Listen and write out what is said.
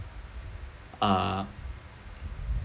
uh